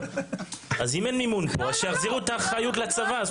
אם אין מימון פה, אז שיחזירו את האחריות לצבא.